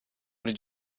did